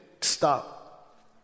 stop